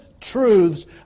truths